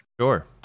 Sure